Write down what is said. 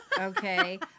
okay